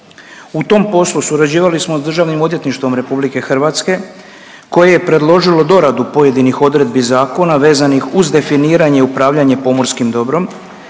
U tom poslu surađivali smo s DORH-om koje je predložilo doradu pojedinih odredbi zakona vezanih uz definiranje i upravljanje pomorskim dobrom,